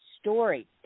story